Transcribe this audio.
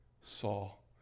Saul